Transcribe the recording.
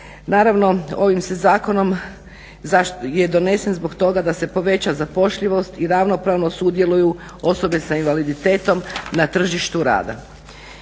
Naravno ovaj zakon je donesen zbog toga da se poveća zapošljivost i ravnopravno sudjeluju osobe s invaliditetom na tržištu rada.